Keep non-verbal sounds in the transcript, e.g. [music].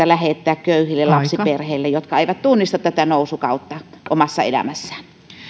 [unintelligible] lähettää köyhille lapsiperheille jotka eivät tunnista tätä nousukautta omassa elämässään